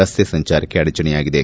ರಸ್ತೆ ಸಂಚಾರಕ್ಕೆ ಅಡಚಣೆಯಾಗಿದೆ